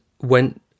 went